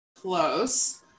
close